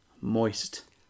moist